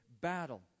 battle